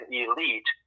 elite